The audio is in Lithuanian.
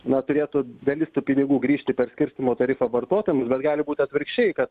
na turėtų dalis tų pinigų grįžti per skirstymo tarifą vartotojams bet gali būt atvirkščiai kad